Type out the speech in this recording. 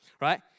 right